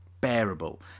bearable